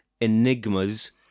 enigmas